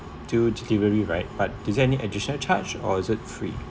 do delivery right but is there any additional charge or is it free